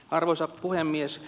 arvoisa puhemies